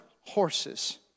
horses